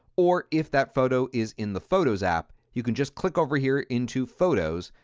or if that photo is in the photos app, you can just click over here into photos,